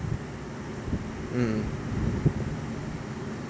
mm